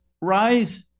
rise